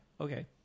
okay